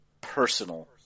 personal